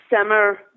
summer